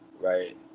right